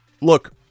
Look